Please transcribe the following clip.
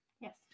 Yes